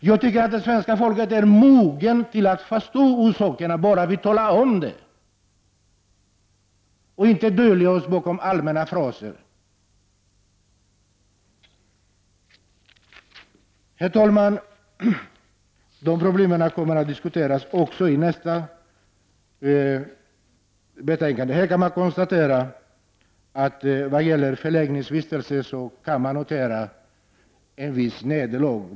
Jag tycker att svenska folket är moget att förstå sakerna bara vi talar om dem och inte döljer dem bakom allmänna fraser. Dessa problem kommer att diskuteras även i debatten om nästa betänkande. Herr talman! När det gäller förläggningsvistelserna kan man notera ett visst nederlag.